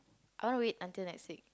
I want to wait until next week